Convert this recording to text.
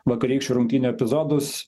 vakarykščių rungtynių epizodus